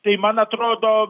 tai man atrodo